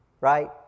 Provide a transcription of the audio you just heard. right